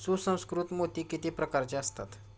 सुसंस्कृत मोती किती प्रकारचे असतात?